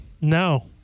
No